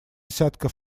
десятков